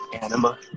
Anima